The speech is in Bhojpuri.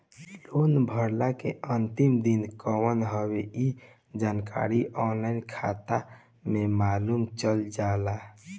लोन भरला के अंतिम दिन कवन हवे इ जानकारी ऑनलाइन खाता में मालुम चल जाला